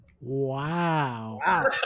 Wow